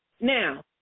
Now